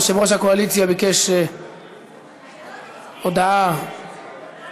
מייד לאחר ההצבעה יושב-ראש הקואליציה ביקש הודעה אישית.